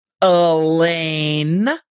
Elaine